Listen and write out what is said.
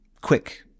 quick